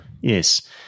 Yes